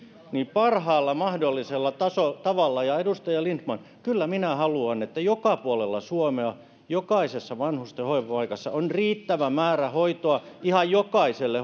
parhaalla mahdollisella tavalla ja edustaja lindtman kyllä minä haluan että joka puolella suomea jokaisessa vanhusten hoivapaikassa on riittävä määrä hoitoa ihan jokaiselle